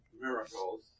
miracles